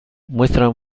muestran